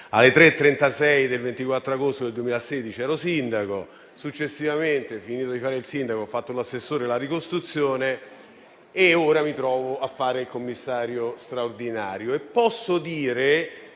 ore 3,36 del 24 agosto del 2016 ero sindaco. Successivamente, finito di fare il sindaco, ho fatto l'assessore alla ricostruzione e ora mi trovo a fare il commissario straordinario.